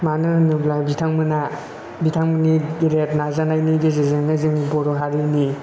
मानो होनोब्ला बिथांमोना बिथांमोननि गेदेर नाजानायनि गेजेरजोंनो जोंनि बर' हारिनि